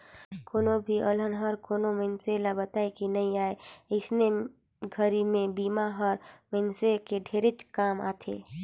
कोनो भी अलहन हर कोनो मइनसे ल बताए के नइ आए अइसने घरी मे बिमा हर मइनसे के ढेरेच काम आथे